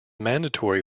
mandatory